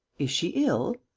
is she ill?